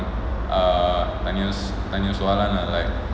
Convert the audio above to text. uh tanya tanya soalan ah like